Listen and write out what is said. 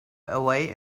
away